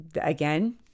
again